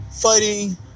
fighting